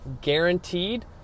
guaranteed